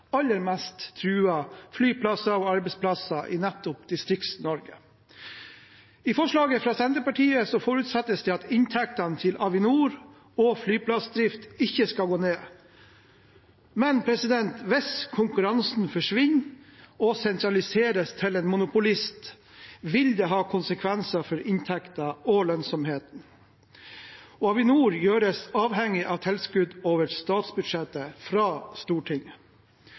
aller mest truer flyplasser og arbeidsplasser i nettopp Distrikts-Norge. I forslaget fra Senterpartiet forutsettes det at inntektene til Avinor og flyplassdrift ikke skal gå ned. Men hvis konkurransen forsvinner og man sentraliserer til en monopolist, vil det ha konsekvenser for inntekten og lønnsomheten. Avinor gjøres avhengig av tilskudd fra Stortinget over statsbudsjettet